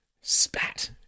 spat